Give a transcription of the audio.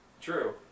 True